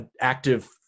active